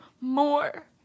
more